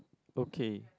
okay